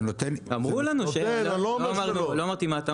אבל מצד שני